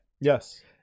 yes